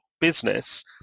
business